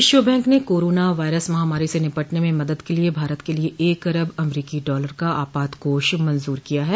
विश्व बैंक ने corona virus महामारी से निपटने में मदद के लिए भारत के लिए एक अरब अमरीकी डॉलर का आपात कोष मंजूर किया है